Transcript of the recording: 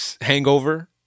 hangover